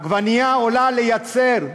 עגבנייה עולה לייצר,